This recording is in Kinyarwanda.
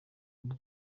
ubu